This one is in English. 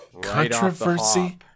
controversy